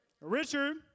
Richard